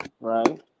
right